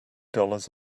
dollars